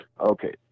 Okay